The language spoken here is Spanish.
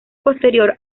posterior